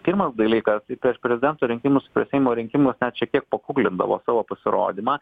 pirmas dalykas ir prieš prezidento rinkimus seimo rinkimus net šiek tiek pakuklindavo savo pasirodymą